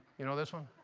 you know this one?